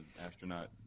astronaut